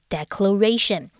Declaration 。